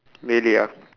really ah